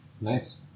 Nice